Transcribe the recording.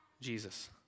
Jesus